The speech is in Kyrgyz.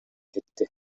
кетти